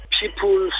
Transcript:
people